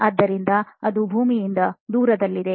ಆದ್ದರಿಂದ ಅದು ಭೂಮಿಯಿಂದ ದೂರದಲ್ಲಿದೆ